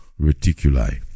Reticuli